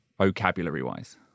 vocabulary-wise